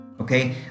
okay